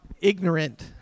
ignorant